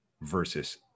versus